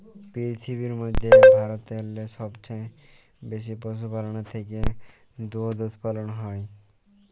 পিরথিবীর ম্যধে ভারতেল্লে সবচাঁয়ে বেশি পশুপাললের থ্যাকে দুহুদ উৎপাদল হ্যয়